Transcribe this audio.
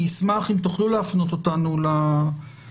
אני אשמח אם תוכלו להפנות אותנו לסעיפים.